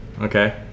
Okay